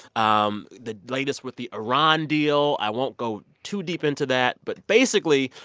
um the latest with the iran deal i won't go too deep into that but basically,